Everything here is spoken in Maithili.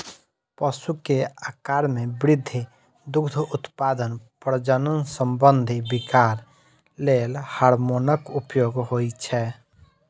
पशु के आाकार मे वृद्धि, दुग्ध उत्पादन, प्रजनन संबंधी विकार लेल हार्मोनक उपयोग होइ छै